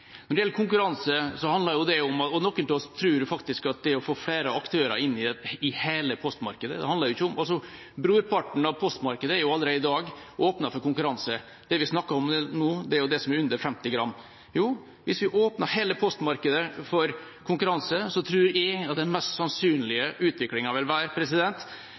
Når det gjelder konkurranse, tror noen av oss faktisk at det er å få flere aktører inn i hele postmarkedet. Brorparten av postmarkedet er allerede i dag åpnet for konkurranse. Det vi snakker om nå, er brevpost under 50 gram. Hvis vi åpner hele postmarkedet for konkurranse, tror jeg at den mest sannsynlige utviklingen vil være